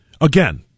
Again